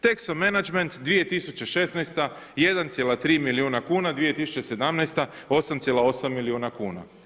Texo Menagment 2016., 1,3 milijuna kuna, 2017. 8,8 milijuna kuna.